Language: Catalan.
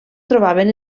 trobaven